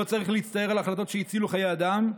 לא צריך להצטער על החלטות שהצילו חיי אדם,